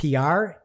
PR